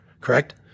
Correct